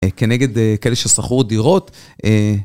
כנגד כאלה ששכרו דירות.